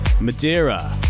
Madeira